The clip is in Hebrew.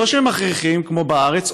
לא שמכריחים כמו בארץ,